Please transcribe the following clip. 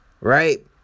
right